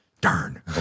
darn